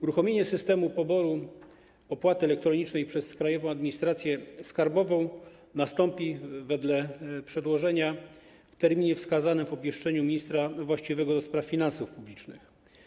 Uruchomienie systemu poboru opłaty elektronicznej przez Krajową Administrację Skarbową nastąpi wedle przedłożenia w terminie wskazanym w obwieszczeniu ministra właściwego do spraw finansów publicznych.